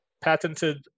patented